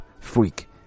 Freak